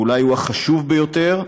ואולי הוא החשוב ביותר,